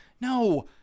No